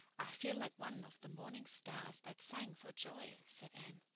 i feel like one of the morning stars that sang for joy, said anne.